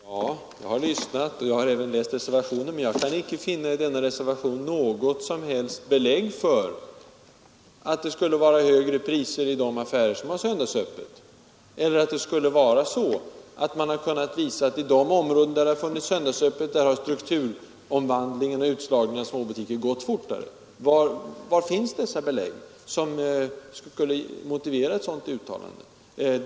Fru talman! Ja, jag har lyssnat och jag har även läst reservationen, men där kan jag icke finna något som helst belägg för att det skulle vara högre priser i de affärer som har söndagsöppet, eller att man har kunnat visat att i de områden, där det har förekommit söndagsöppet, har strukturomvandlingen och utslagningen av små butiker gått fortare. Var finns dessa fakta, som skulle motivera ett sådant uttalande?